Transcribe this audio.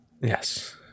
yes